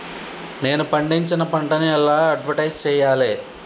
నేను పండించిన పంటను ఎలా అడ్వటైస్ చెయ్యాలే?